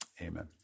Amen